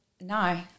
no